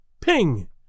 Ping